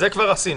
זה כבר עשינו.